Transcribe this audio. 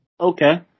Okay